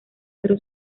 pero